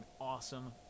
awesome